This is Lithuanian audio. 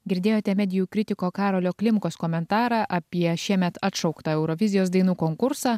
girdėjote medijų kritiko karolio klimkos komentarą apie šiemet atšauktą eurovizijos dainų konkursą